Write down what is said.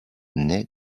nait